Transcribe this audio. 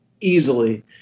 easily